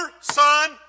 Son